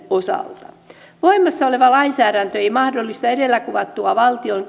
osalta voimassa oleva lainsäädäntö ei mahdollista edellä kuvattua valtion